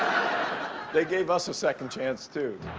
they gave us a second chance too.